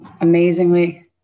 amazingly